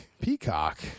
Peacock